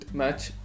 match